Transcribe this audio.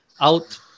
out